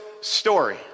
story